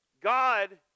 God